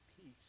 peace